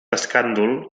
escàndol